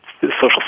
social